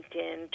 LinkedIn